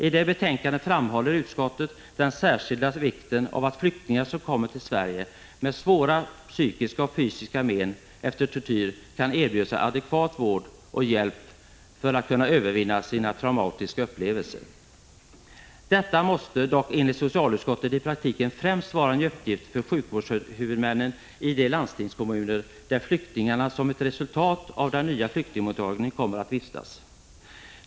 I betänkandet framhåller utskottet den särskilda vikten av att flyktingar som kommer till Sverige med svåra psykiska och fysiska men efter tortyr kan erbjudas adekvat vård och hjälp för att övervinna sina traumatiska upplevelser. Detta måste dock enligt socialutskottet i praktiken främst vara en uppgift för sjukvårdshuvudmännen i de landstingskommuner där flyktingarna, som ett resultat av den nya flyktingmottagningen, kommer att vistas.